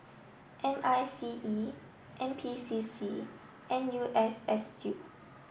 M I C E N P C C and N U S S U